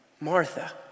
Martha